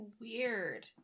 Weird